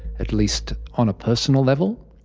at least on a personal level?